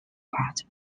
part